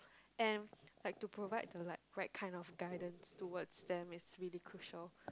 and like to provide the like right kind of guidance towards them is really crucial